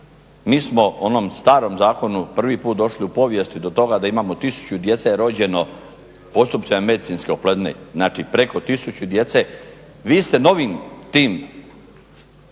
mi smo onom starom zakonu prvi put došli u povijesti do toga da imamo tisuću djece je rođeno postupcima medicinske oplodnje, znači preko tisuću djece, vi ste novim tim